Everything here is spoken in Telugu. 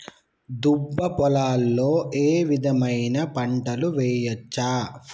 దుబ్బ పొలాల్లో ఏ విధమైన పంటలు వేయచ్చా?